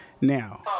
Now